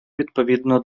відповідно